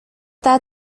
that